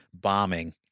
bombing